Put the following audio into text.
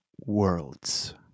worlds